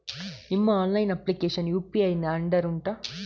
ನಿಮ್ಮ online application UPI ನ ಅಂಡರ್ ಉಂಟಾ